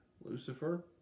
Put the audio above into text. Lucifer